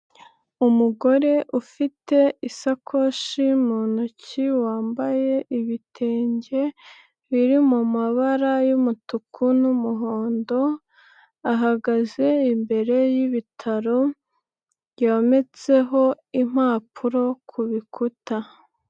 Umugore ufite isakoshi mu ntoki wambaye ibitenge biri mumabara y'umutuku n'umuhondo, ahagaze imbere y'ibitaro, byometseho impapuro ku bikuta.